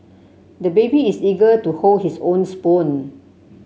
the baby is eager to hold his own spoon